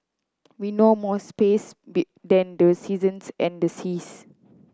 we know more space than the seasons and the seas